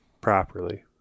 properly